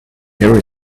harry